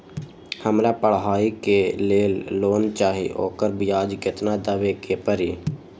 हमरा पढ़ाई के लेल लोन चाहि, ओकर ब्याज केतना दबे के परी?